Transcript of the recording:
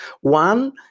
One